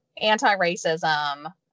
anti-racism